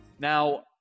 Now